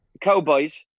cowboys